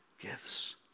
gives